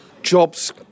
jobs